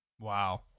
wow